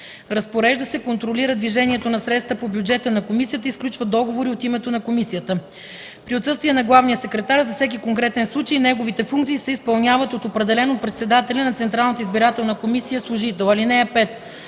разпорежда се, контролира движението на средствата по бюджета на комисията и сключва договори от името на комисията. При отсъствие на главния секретар, за всеки конкретен случай неговите функции се изпълняват от определен от председателя на Централната